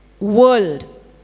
world